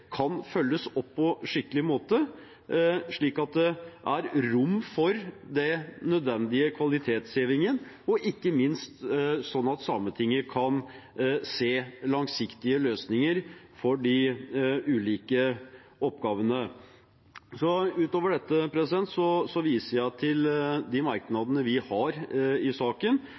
kan følges opp på en skikkelig måte, slik at det er rom for den nødvendige kvalitetshevingen, og ikke minst slik at Sametinget kan se langsiktige løsninger for de ulike oppgavene. Utover dette viser jeg til de merknadene vi har i saken,